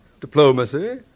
diplomacy